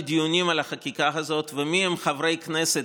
דיונים על החקיקה הזאת ועל מיהם חברי הכנסת,